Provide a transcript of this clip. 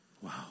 Wow